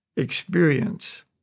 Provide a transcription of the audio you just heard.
experience